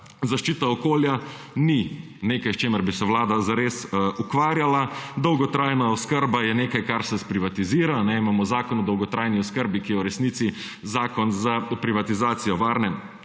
(Nadaljevanje) ni nekaj s čimer bi se vlada zares ukvarjala. Dolgotrajna oskrba je nekaj, kar se sprivatizira. Imamo zakon o dolgotrajni oskrbi, ki je v resnici zakon za privatizacijo varne